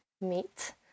meet